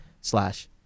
slash